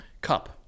Cup